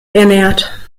ernährt